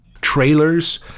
Trailers